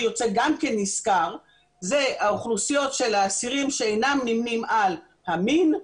יוצא גם כן נשכר זה האוכלוסיות של אסירים שאינם נמנים על המין,